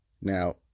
Now